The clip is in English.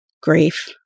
grief